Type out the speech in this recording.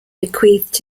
bequeathed